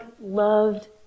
loved